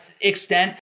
extent